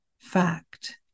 fact